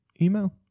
email